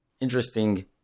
interesting